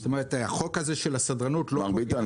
החוק של הסדרנות --- מר ביטן,